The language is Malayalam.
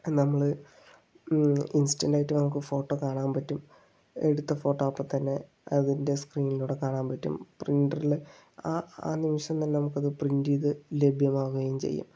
നമ്മള് ഇൻസ്റ്റന്റ് ആയിട്ട് നമുക്ക് ഫോട്ടോ കാണാൻ പറ്റും എടുത്ത ഫോട്ടോ അപ്പോൾ തന്നെ അതിൻറെ സ്ക്രീനിലൂടെ കാണാൻ പറ്റും പ്രിൻററിലെ ആ ആ നിമിഷം തന്നെ നമുക്കത് പ്രിൻറ് ചെയ്തു ലഭ്യമാവുകയും ചെയ്യും